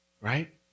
Right